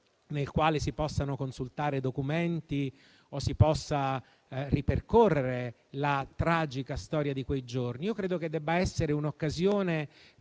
nel quale si possano consultare documenti o ripercorrere la tragica storia di quei giorni. Io credo che debba essere un'occasione